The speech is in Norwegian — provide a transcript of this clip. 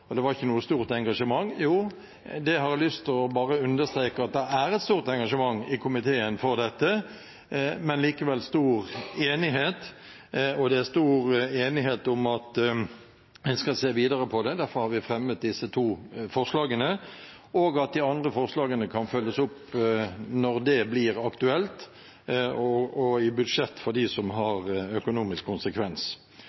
og det var ikke noe stort engasjement. Jeg har lyst til å understreke at det er et stort engasjement i komiteen for dette, men likevel stor enighet. Det er stor enighet om at en skal se videre på det – derfor har vi fremmet disse to forslagene – og at de andre forslagene kan følges opp når det blir aktuelt, og følges opp i budsjettet for dem som har økonomisk konsekvens. Jeg vet at statsråden følger opp og